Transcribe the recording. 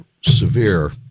severe